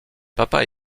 papa